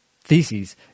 theses